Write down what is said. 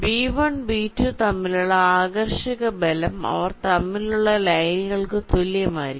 B1 B2 തമ്മിലുള്ള ആകർഷക ബലം അവർ തമ്മിലുള്ള ലൈനുകൾക് തുല്യമായിരിക്കും